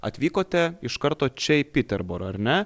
atvykote iš karto čia į piterborą ar ne